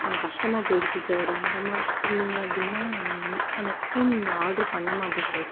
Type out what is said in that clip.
கஷ்டமாக போயிடுச்சு சார் இந்த மாதிரி இருந்தீங்க அப்படின்னா நான் நெக்ஸ்ட் டைம் இங்கே ஆர்டர் பண்ண மாட்டேன் சார்